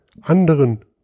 anderen